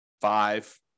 five